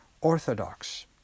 orthodox